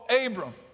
Abram